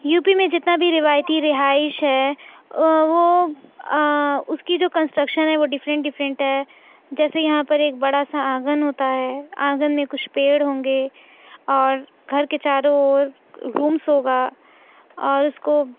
you P میں جتنا بھی روایتی رہائش ہے او وہ اس کی جو کنسٹرکشن جو ہے وہ ڈفرین ڈفرینٹ ہے جیسے یہاں پر ایک بڑاسا آنگن ہوتا ہے آنگن میں کچھ پیڑ ہوں گے اور گھر کے چارو اور رومس ہوگا اور اس کو